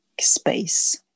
space